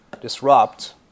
disrupt